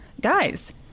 Guys